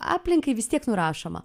aplinkai vis tiek nurašoma